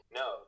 no